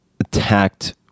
attacked